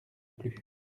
plus